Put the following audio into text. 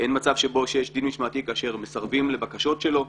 אין מצב שבו יש דין משמעתי כאשר מסרבים לבקשות שלו.